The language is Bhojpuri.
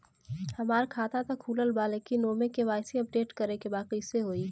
हमार खाता ता खुलल बा लेकिन ओमे के.वाइ.सी अपडेट करे के बा कइसे होई?